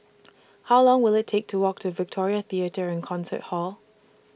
How Long Will IT Take to Walk to Victoria Theatre and Concert Hall